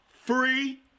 Free